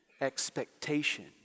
expectation